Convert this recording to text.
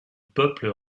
peuple